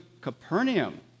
capernaum